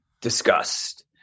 discussed